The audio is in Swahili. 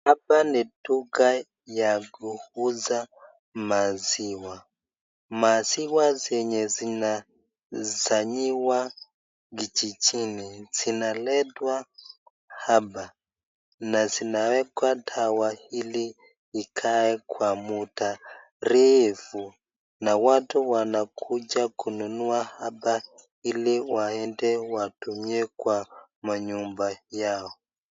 Hapa ni duka ya kuuza maziwa , maziwa zenye zinazanyiwa kijijini zinaketwa hapa, na zinawekwa dawa hili ikae kwa muda refu na watu wanakuja kununua hapa hili waende watumie kwa manyumba yao.